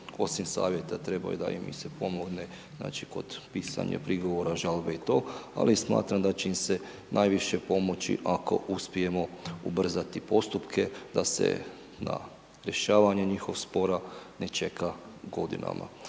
osim savjeta trebaju da im se pomogne znači kod pisanja prigovora, žalbe i to, ali i smatram da će im se najviše pomoći ako uspijemo ubrzati postupke da se na rješavanje njihovog spora ne čeka godinama.